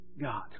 God